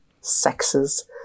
sexes